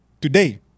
today